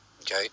Okay